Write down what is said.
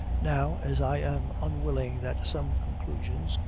now, as i am unwilling that some conclusions,